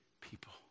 people